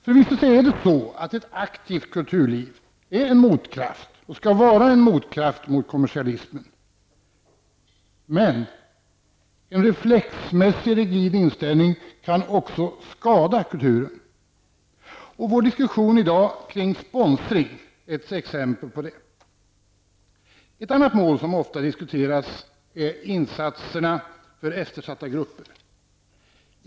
Förvisso är det så att ett aktivt kulturliv är en motkraft och skall vara en motkraft mot kommersialismen, men en reflexmässigt negativ inställning kan också skada kulturen. Vår diskussion i dag kring sponsring är ett exempel på det. Ett annat mål som ofta diskuteras är insatserna för eftersatta grupper.